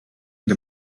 the